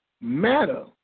matter